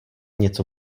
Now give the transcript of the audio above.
něco